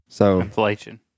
Inflation